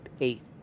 eight